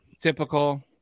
typical